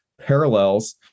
parallels